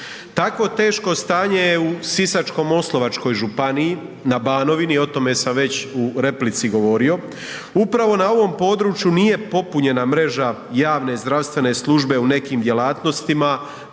Takvo teško stanje je u Sisačko-moslavačkoj županiji, na Banovini, o tome sam već u replici govorio. Upravo na ovom području nije popunjena mreža javne zdravstvene službe u nekim djelatnostima